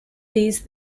these